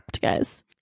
guys